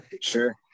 Sure